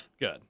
Good